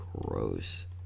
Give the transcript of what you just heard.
Gross